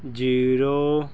zero